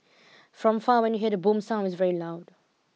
from far when you hear the boom sound it's very loud